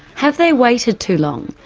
have they waited too long,